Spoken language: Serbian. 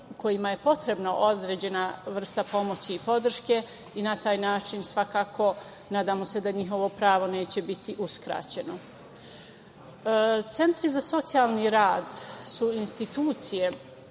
kojima je potrebna određena vrsta pomoći i podrške i na taj način svakako nadamo se da njihovo pravo neće biti uskraćeno. Centri za socijalni rad su institucije,